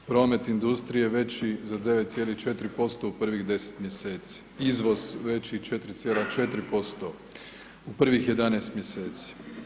Promet industrije veći za 9,4% u prvih 10 mjeseci, izvoz veći 4,4% u prvih 11 mjeseci.